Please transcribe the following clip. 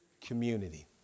Community